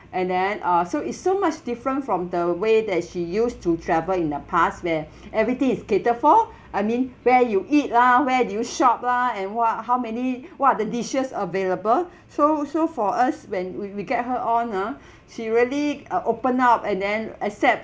and then uh so it's so much different from the way that she used to travel in the past where everything is catered for I mean where you eat lah where do you shop lah and what how many what are the dishes available so so for us when we we get her on ah she really uh open up and then accept